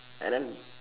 and then